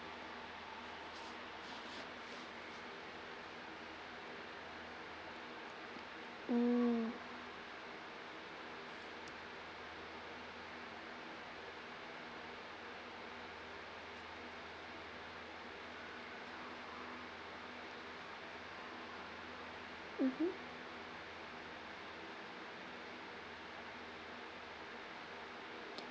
mm mmhmm